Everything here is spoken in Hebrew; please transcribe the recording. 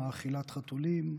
מאכילת חתולים,